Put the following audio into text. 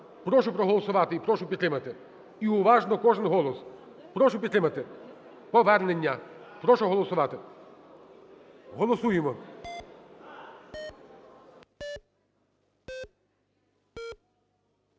Прошу проголосувати і прошу підтримати. І уважно, кожен голос. Прошу підтримати повернення. Прошу голосувати. Голосуємо.